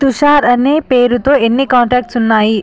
తుషార్ అనే పేరుతో ఎన్ని కాంటాక్ట్స్ ఉన్నాయి